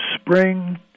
spring